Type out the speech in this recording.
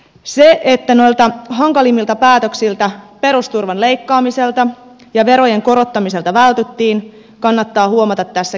se että noilta hankalimmilta päätöksiltä perusturvan leikkaamiselta ja verojen korottamiselta vältyttiin kannattaa huomata tässä kehyspäätöksessä